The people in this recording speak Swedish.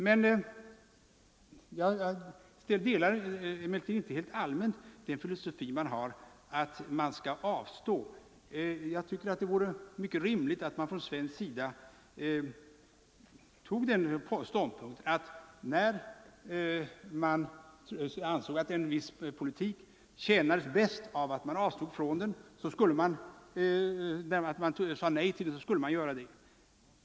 Jag gillar emellertid inte helt allmänt filosofin att man skall avstå från att rösta i ett fall som detta. Det vore mycket rimligt att man från svensk sida intog den ståndpunkten att om en viss fredspolitik bäst tjänas av att man säger nej till ett förslag så skulle man göra det.